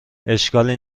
اشکالی